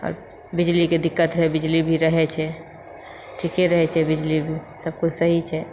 आओर बिजलीके दिक्कत रहै बिजलीभी रहै छेै ठीके रहेै छेै बिजलीभी सब किछु सही छै